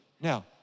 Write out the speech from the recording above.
Now